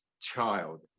child